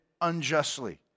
unjustly